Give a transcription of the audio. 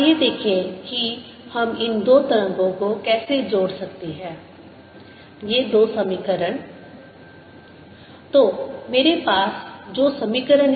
आइए देखें कि हम इन दो तरंगों को कैसे जोड़ सकते हैं ये दो समीकरण